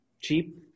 Cheap